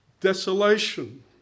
Desolation